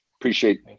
Appreciate